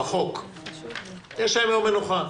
יום מנוחה,